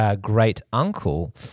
great-uncle